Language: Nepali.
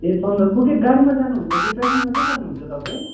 ए सन्दकपू के गाडीमा जानुहुन्छ कि ट्रेकिङ गर्दै जानुहुन्छ तपाईँ